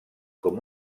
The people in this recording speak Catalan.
com